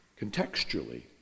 contextually